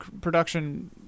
production